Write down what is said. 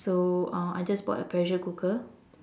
so uh I just bought a pressure cooker